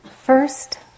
First